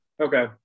okay